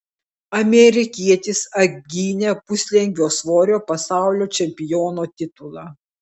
amerikietis apgynė puslengvio svorio pasaulio čempiono titulą